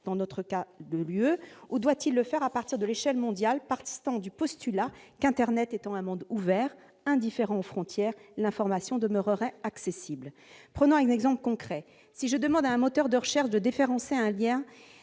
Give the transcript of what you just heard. dans notre cas, l'Union européenne -ou doit-il le faire à l'échelle mondiale, partant du postulat que, Internet étant un monde ouvert, indifférent aux frontières, l'information demeurerait accessible ? Prenons un exemple concret. Si je demande à un moteur de recherche de déréférencer un lien